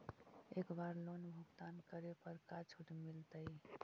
एक बार लोन भुगतान करे पर का छुट मिल तइ?